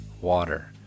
water